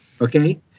okay